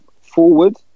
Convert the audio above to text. forward